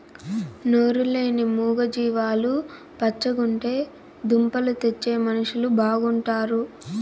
నోరు లేని మూగ జీవాలు పచ్చగుంటే దుంపలు తెచ్చే మనుషులు బాగుంటారు